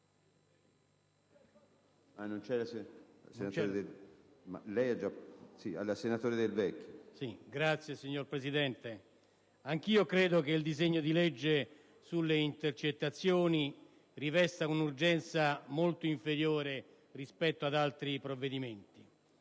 Anch'io, signor Presidente, credo che il disegno di legge sulle intercettazioni rivesta un'urgenza molto inferiore rispetto ad altri provvedimenti.